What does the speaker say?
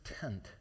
tent